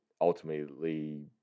Ultimately